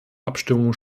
abstimmung